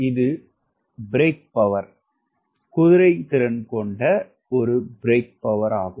இது சக்தி பிரேக் குதிரைத்திறன் கொண்ட பிரேக் ஆகும்